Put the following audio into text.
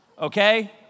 Okay